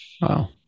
wow